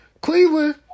Cleveland